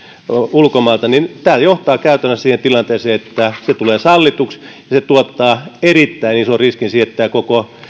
ulkomailta niin tämä johtaa käytännössä siihen tilanteeseen että se tulee sallituksi ja se tuottaa erittäin ison riskin että tämä koko